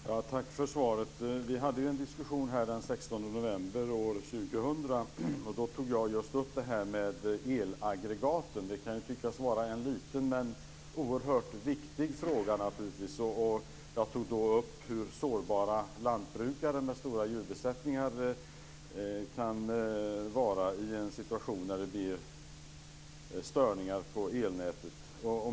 Herr talman! Tack för svaret. Vi hade en diskussion här den 16 november 2000 där jag tog upp det här med elaggregaten. Det kan tyckas vara en liten fråga, men den är oerhört viktig. Jag tog då upp vad sårbara lantbrukare med stora djurbesättningar kan hamna i för en situation när det blir störningar på elnätet.